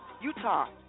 Utah